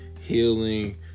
healing